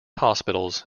hospitals